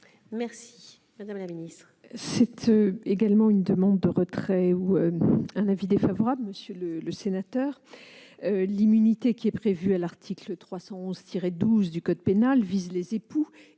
Meunier. Madame la ministre,